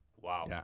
Wow